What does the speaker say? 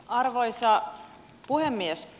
arvoisa puhemies